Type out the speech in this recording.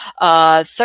Third